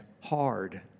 hard